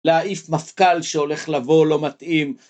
להעיף מפכ"ל שהולך לבוא לא מתאים.